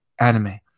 anime